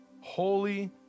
holy